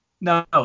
No